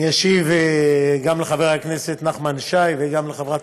אני אשיב גם לחבר הכנסת נחמן שי וגם לחברת